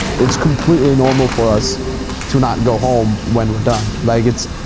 it's completely normal for us to not go home when we're done, like it's.